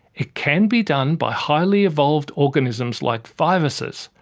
it can be done by highly evolved organisms like viruses.